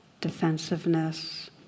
defensiveness